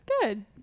Good